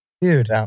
Dude